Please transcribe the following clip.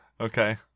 Okay